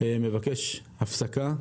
מבקש הפסקה,